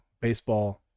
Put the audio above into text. Baseball